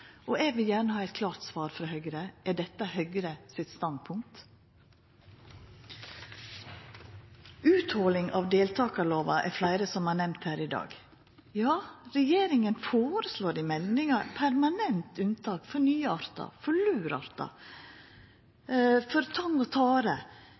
komiteen. Eg vil gjerne ha eit klart svar frå Høgre: Er dette Høgre sitt standpunkt? Utholing av deltakarlova er det fleire som har nemnt her i dag. Ja, regjeringa føreslår i meldinga permanent unntak for nye artar, for